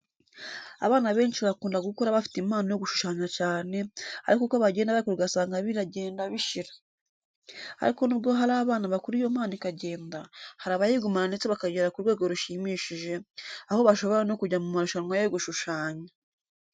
Abana benshi bakunda gukura bafite impano yo gushushanya cyane, ariko uko bagenda bakura ugasanga biragenda bishira. Ariko nubwo hari abana bakura iyo mpano ikagenda, hari abayigumana ndetse bakagera ku rwego rushimishije, aho bashobora no kujya mu marushanwa yo gushushanya.